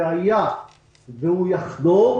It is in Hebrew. היה והוא יחדור,